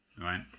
right